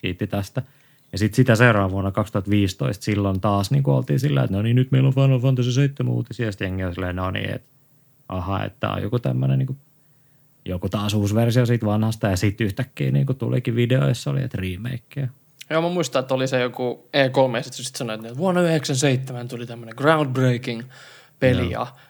Kiitti tästä. Ja sit sitä seuraavana vuonna 2015 silloin taas niinku oltiin sillä, että no niin, nyt meillä on Final Fantasy VII uutisia. Sit jengi oli silleen, no niin, et- aha, että tää on joku tämmönen niinku- joku taas uusi versio siitä vanhasta. Ja sit yhtäkkiä niinku tulikin videoissa, oli, että remakeä. Joo, mä muistan, että oli se joku E3 ja sit se sit sanoi, että vuonna 97 tuli tämmönen groundbreaking peli Joo. ja-